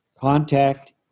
Contact